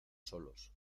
solos